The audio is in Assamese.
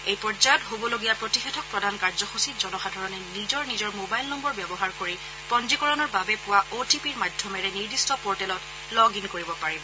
এই পৰ্যায়ত হবলগীয়া প্ৰতিষেধক প্ৰদান কাৰ্যসূচীত জনসাধাৰণে নিজৰ নিজৰ মবাইল নম্বৰ ব্যৱহাৰ কৰি পঞ্জীকৰণৰ বাবে পোৱা অ' টি পিৰ মাধ্যমেৰে নিৰ্দিষ্ট পৰ্টেলত লগ ইন কৰিব পাৰিব